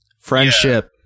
Friendship